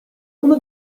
uno